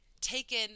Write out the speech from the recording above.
taken